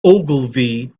ogilvy